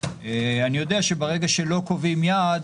אני יודע שברגע שלא קובעים יעד,